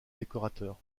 décorateur